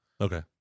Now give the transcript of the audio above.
Okay